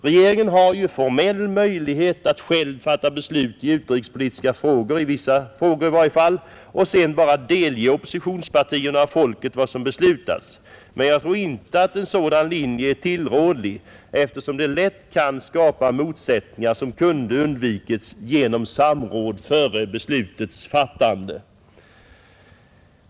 Regeringen har formell möjlighet att själv fatta beslut, i varje fall i vissa utrikespolitiska frågor, och sedan bara delge oppositionspartierna och folket vad som beslutats, men jag tror inte att en sådan linje är tillrådlig, eftersom den lätt kan skapa motsättningar som kunde ha undvikits genom samråd före beslutets fattande.